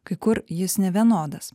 kai kur jis nevienodas